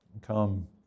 Come